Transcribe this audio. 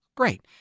Great